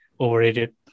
overrated